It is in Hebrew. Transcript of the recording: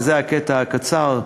וזה הקטע הקצר,